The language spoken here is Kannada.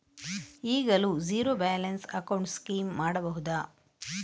ಈಗಲೂ ಝೀರೋ ಬ್ಯಾಲೆನ್ಸ್ ಅಕೌಂಟ್ ಸ್ಕೀಮ್ ಮಾಡಬಹುದಾ?